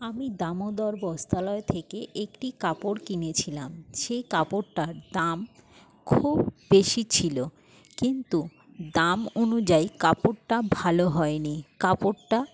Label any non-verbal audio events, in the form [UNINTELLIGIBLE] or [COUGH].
আমি দামোদর বস্ত্রালয় থেকে একটি কাপড় কিনেছিলাম [UNINTELLIGIBLE] কাপড়টার দাম খুব বেশি ছিল কিন্তু দাম অনুযায়ী কাপড়টা ভালো হয় নি কাপড়টা